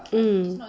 mm